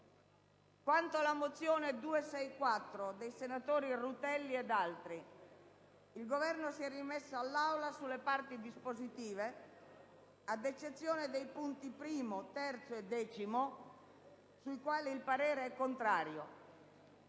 merito alla mozione n. 264, dei senatori Rutelli ed altri, il Governo si è rimesso all'Aula sul dispositivo, ad eccezione dei capoversi primo, terzo e decimo, sui quali il parere è contrario.